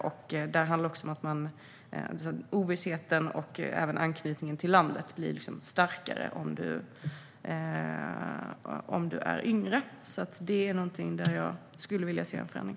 Det handlar också om ovissheten och att anknytningen till landet blir starkare om du är yngre. Där skulle jag vilja se en förändring.